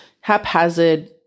haphazard